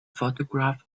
photograph